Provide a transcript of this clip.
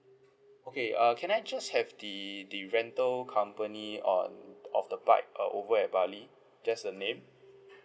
okay err can I just have the the rental company on of the bike uh over at bali just a name